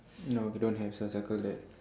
no we don't have so circle that